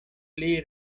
pli